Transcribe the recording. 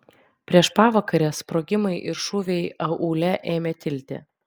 prieš pavakarę sprogimai ir šūviai aūle ėmė tilti